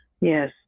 Yes